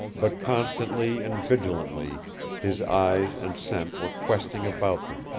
but constantly and vigilantly his eyes and scent were questing about them,